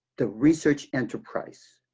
the research enterprise,